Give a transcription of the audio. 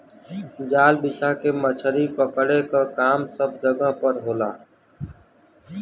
जाल बिछा के मछरी पकड़े क काम सब जगह पर होला